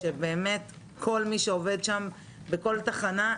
באמת כל מי שעובד שם בכל תחנה,